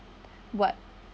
what